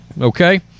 okay